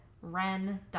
REN